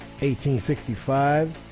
1865